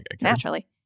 Naturally